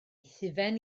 hufen